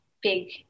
big